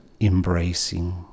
embracing